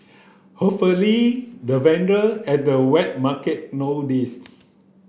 hopefully the vendor at the wet market know this